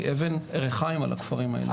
היא אבן ריחיים על הכפרים האלה.